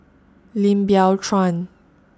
Lim Biow Chuan